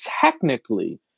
technically